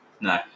No